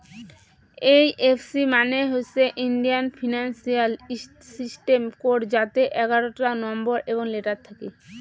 এই F C মানে হইসে ইন্ডিয়ান ফিনান্সিয়াল সিস্টেম কোড যাতে এগারোতা নম্বর এবং লেটার থাকি